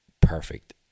perfect